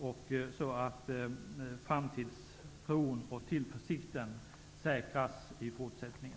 På så sätt säkras framtidstron och tillförsikten i fortsättningen.